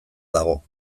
dago